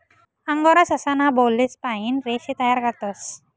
angora ससा ना बालेस पाइन रेशे तयार करतस